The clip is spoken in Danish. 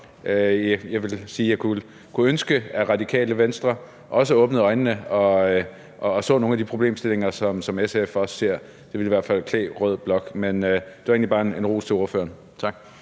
det glæder mig. Jeg kunne ønske, at Radikale Venstre også åbnede øjnene og så nogle af de problemstillinger, som SF ser. Det ville i hvert fald klæde rød blok. Men det var egentlig bare en ros til ordføreren. Tak.